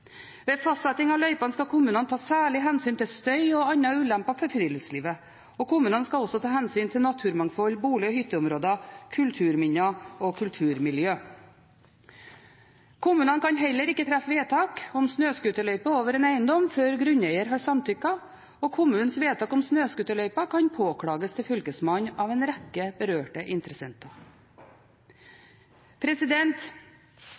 Ved fastsetting av løypene skal kommunene ta særlig hensyn til støy og andre ulemper for friluftslivet, og kommunene skal også ta hensyn til naturmangfold, bolig- og hytteområder, kulturminner og kulturmiljø. Kommunene kan heller ikke treffe vedtak om snøscooterløype over en eiendom før grunneier har samtykket, og kommunens vedtak om snøscooterløyper kan påklages til Fylkesmannen av en rekke berørte interessenter.